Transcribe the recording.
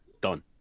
done